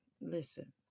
listen